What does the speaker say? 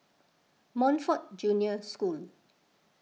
Montfort Junior School